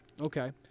Okay